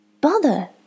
Bother